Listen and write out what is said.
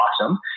Awesome